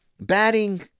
batting